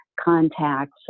contacts